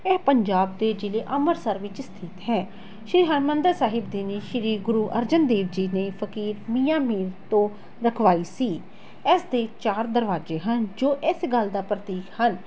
ਇਹ ਪੰਜਾਬ ਦੇ ਜ਼ਿਲ੍ਹੇ ਅੰਮ੍ਰਿਤਸਰ ਵਿੱਚ ਸਥਿੱਤ ਹੈ ਸ਼੍ਰੀ ਹਰਿਮੰਦਰ ਸਾਹਿਬ ਦੀ ਨੀਂਹ ਸ਼੍ਰੀ ਗੁਰੂ ਅਰਜਨ ਦੇਵ ਜੀ ਨੇ ਫ਼ਕੀਰ ਮੀਆਂ ਮੀਰ ਤੋਂ ਰਖਵਾਈ ਸੀ ਇਸ ਦੇ ਚਾਰ ਦਰਵਾਜ਼ੇ ਹਨ ਜੋ ਇਸ ਗੱਲ ਦਾ ਪ੍ਰਤੀਕ ਹਨ